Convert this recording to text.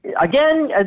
again